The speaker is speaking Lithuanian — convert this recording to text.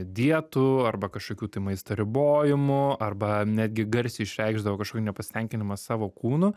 dietų arba kažkokių tai maisto ribojimu arba netgi garsiai išreikšdavo kažkokį nepasitenkinimą savo kūnu